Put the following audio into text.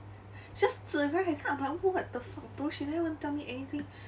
she just right then I'm like what the fuck bro she never even tell me anything